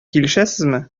килешәсезме